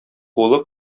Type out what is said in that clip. кулы